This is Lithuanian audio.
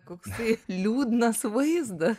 koksai liūdnas vaizdas